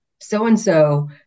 so-and-so